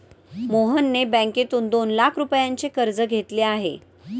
मोहनने बँकेतून दोन लाख रुपयांचे कर्ज घेतले आहे